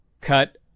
cut